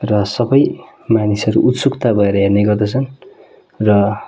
र सबै मानिसहरू उत्सुकता भएर हेर्ने गर्दछन् र